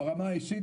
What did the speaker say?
ברמה האישית,